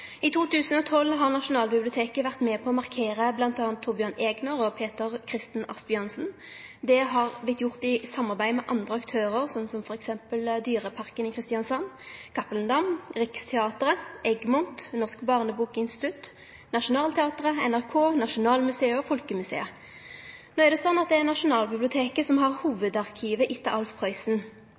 i samanheng med markeringa av kjende personar. I 2012 har Nasjonalbiblioteket vore med på å markere bl.a. Torbjørn Egner og Peter Christen Asbjørnsen. Det har vorte gjort i samarbeid med andre aktørar, f.eks. dyreparken i Kristiansand, Cappelen Damm, Riksteatret, Egmont, Norsk barnebokinstitutt, Nationaltheatret, NRK, Nasjonalmuseet og Folkemuseet. Det er Nasjonalbiblioteket som har hovudarkivet etter Alf Prøysen.